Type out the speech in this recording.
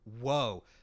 whoa